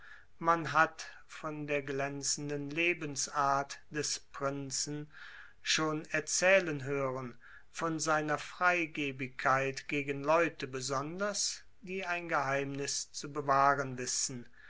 man hat von der glänzenden lebensart des prinzen von schon erzählen hören von seiner freigebigkeit gegen leute besonders die ein geheimnis zu bewahren wissen